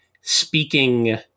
speaking